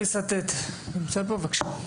איתי סתת, בבקשה.